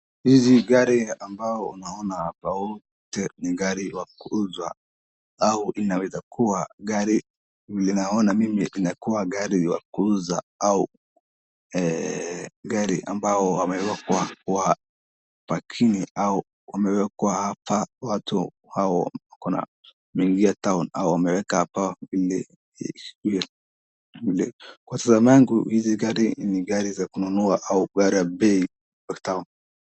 Hizi gari ambazo unaona hapa zote ni gari za kuuzwa au zinaweza kuwa, vile naona mimi zinakuwa gari za kuuzwa au gari ambazo zimewekwa kwa pakingi au zimewekwa hapa na watu hao wameingia town , kwa sababu hizi gari ni gari za kununua au gari za bei kwa town .